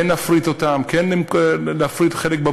כן נפריט אותן, כן להפריט חלק בבורסה,